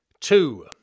Two